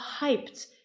hyped